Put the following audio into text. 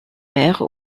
mère